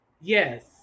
yes